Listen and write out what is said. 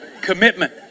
Commitment